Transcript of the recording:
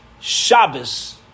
Shabbos